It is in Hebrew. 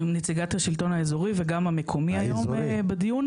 אני נציגת השלטון האזורי וגם המקומי היום בדיון.